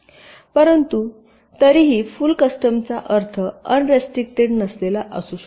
परंतु तरीही फुल कस्टमचा अर्थ अनरिस्टिकटेड नसलेला असू शकतो